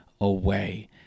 away